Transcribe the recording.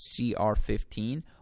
CR15